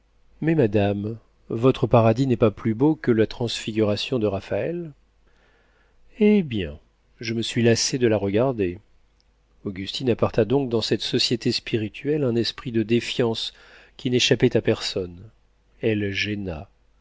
mais madame votre paradis n'est pas plus beau que la transfiguration de raphaël eh bien je me suis lassé de la regarder augustine apporta donc dans cette société spirituelle un esprit de défiance qui n'échappait à personne elle gêna